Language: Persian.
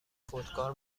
خودکار